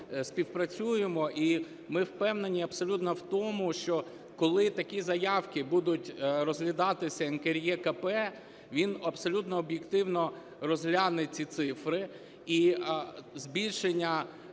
співпрацюємо. І ми впевнені абсолютно в тому, що коли такі заявки будуть розглядатися НКРЕКП, вона абсолютно об'єктивно розгляне ці цифри і збільшення